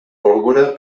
pólvora